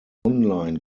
online